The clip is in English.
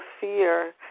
fear